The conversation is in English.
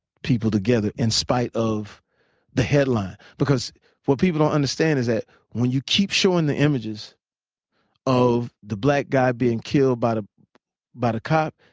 people together in spite of the headline? because what people don't understand is that when you keep showing the images of the black guy being killed but ah by the cop,